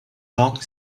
long